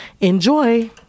Enjoy